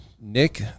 nick